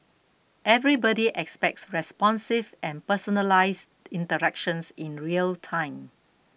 everybody expects responsive and personalised interactions in real time